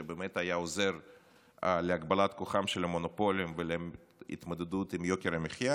שבאמת היה עוזר להגבלת כוחם של המונופולים ולהתמודדות עם יוקר המחיה?